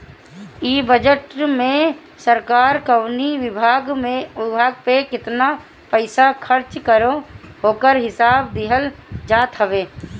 इ बजट में सरकार कवनी विभाग पे केतना पईसा खर्च करी ओकर हिसाब दिहल जात हवे